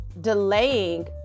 delaying